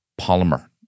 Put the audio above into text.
polymer